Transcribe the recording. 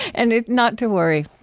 and not to worry.